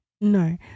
No